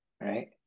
right